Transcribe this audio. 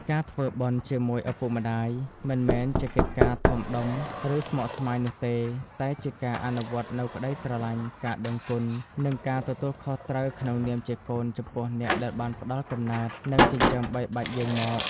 ការ ធ្វើបុណ្យជាមួយឪពុកម្ដាយ មិនមែនជាកិច្ចការធំដុំ ឬស្មុគស្មាញនោះទេ តែជាការអនុវត្តនូវក្តីស្រឡាញ់ ការដឹងគុណ និងការទទួលខុសត្រូវក្នុងនាមជាកូនចំពោះអ្នកដែលបានផ្តល់កំណើត និងចិញ្ចឹមបីបាច់យើងមក។